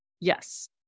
Yes